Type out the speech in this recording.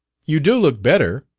you do look better,